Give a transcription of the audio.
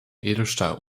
edelstahl